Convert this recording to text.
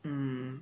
mm